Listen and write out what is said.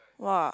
!wah!